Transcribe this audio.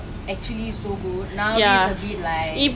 actually so good now a bit a bit like